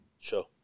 Sure